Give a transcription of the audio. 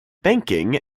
banking